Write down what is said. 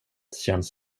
känns